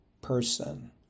person